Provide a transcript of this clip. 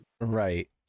Right